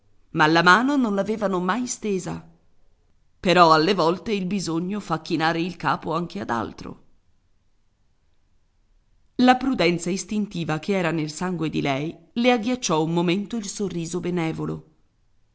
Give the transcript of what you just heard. ma la mano non l'avevano mai stesa però alle volte il bisogno fa chinare il capo anche ad altro la prudenza istintiva che era nel sangue di lei le agghiacciò un momento il sorriso benevolo